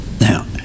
Now